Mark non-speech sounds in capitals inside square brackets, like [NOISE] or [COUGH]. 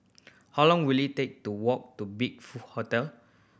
how long will it take to walk to Big [UNINTELLIGIBLE] Hotel